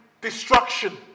destruction